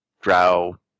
drow